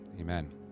Amen